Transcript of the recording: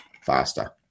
faster